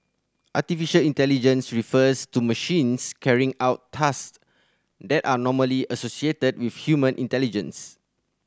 artificial intelligence refers to machines carrying out task that are normally associated with human intelligence